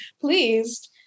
pleased